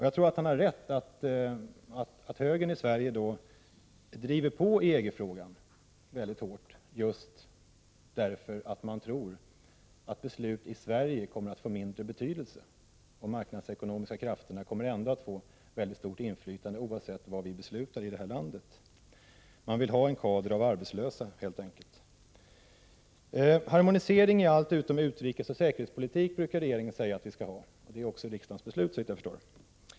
Jag tror att han har rätt att högern i Sverige driver på EG-frågan mycket hårt, eftersom man förmodar att beslut fattade i Sverige kommer att få mindre betydelse och att de marknadsekonomiska krafterna ändå kommer att få mycket stort inflytande, oavsett vad vi beslutar i det här landet. Man vill helt enkelt ha en kader av arbetslösa. Regeringen brukar säga att vi skall ha harmonisering i allt utom i utrikesoch säkerhetspolitik. Det är såvitt jag förstår också riksdagens beslut.